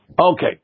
Okay